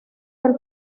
del